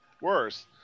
Worse